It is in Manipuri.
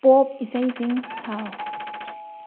ꯄꯣꯞ ꯏꯁꯩꯁꯤꯡ ꯊꯥꯎ